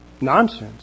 nonsense